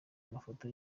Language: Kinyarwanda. amafoto